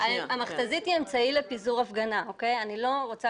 ואני רואה